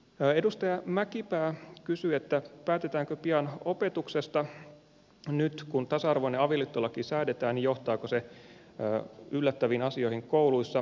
edustaja mäkipää kysyi päätetäänkö pian opetuksesta ja kun tasa arvoinen avioliittolaki nyt säädetään johtaako se yllättäviin asioihin kouluissa